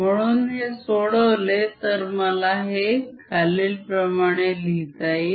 म्हणून हे सोडवले तर मला हे खालील प्रमाणे लिहिता येईल